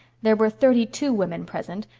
there were thirty-two women present,